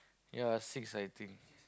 ya six I think